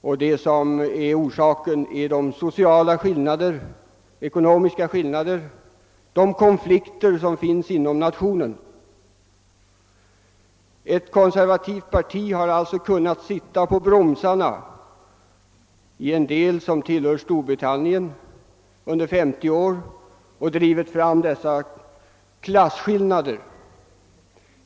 Orsaken till detta är sociala och ekonomiska skillnader och andra konflikter av politisk art som finns inom nationen. Ett konservativt parti har alltså under 50 år kunnat sitta på bromsarna i ett område som tillhör Storbritannien och åstadkomma stora klasskillnader.